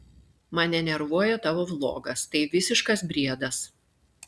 mane nervuoja tavo vlogas tai visiškas briedas